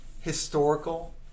historical